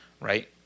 right